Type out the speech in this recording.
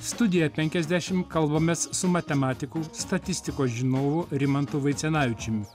studija penkiasdešimt kalbamės su matematiku statistikos žinovu rimantu vaicenavičiumi